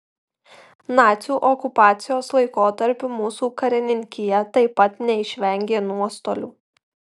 nacių okupacijos laikotarpiu mūsų karininkija taip pat neišvengė nuostolių